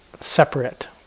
separate